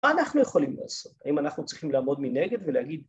‫מה אנחנו יכולים לעשות? ‫האם אנחנו צריכים לעבוד מנגד ולהגיד...